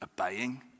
obeying